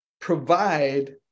provide